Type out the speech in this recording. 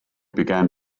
began